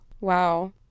Wow